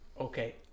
Okay